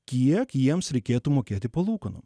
kiek jiems reikėtų mokėti palūkanų